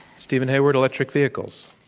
steven hayward, electric vehicles?